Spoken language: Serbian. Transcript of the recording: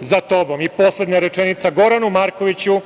za tobom. Poslednja rečenica. Goranu Markoviću